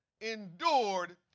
endured